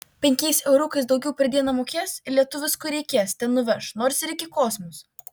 penkiais euriukais daugiau per dieną mokės ir lietuvis kur reikės ten nuveš nors ir iki kosmoso